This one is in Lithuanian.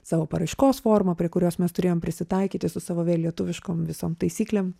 savo paraiškos formą prie kurios mes turėjom prisitaikyti su savo vėl lietuviškom visom taisyklėm